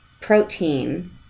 protein